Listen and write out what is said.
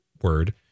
word